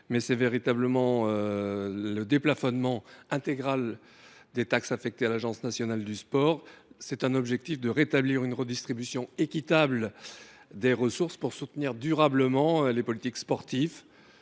amendements visaient à déplafonner intégralement les taxes affectées à l’Agence nationale du sport. L’objectif est de rétablir une redistribution équitable des ressources pour soutenir durablement les politiques sportives,